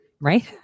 right